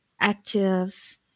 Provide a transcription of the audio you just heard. active